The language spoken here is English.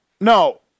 No